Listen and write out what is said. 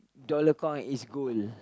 dollar coin is gold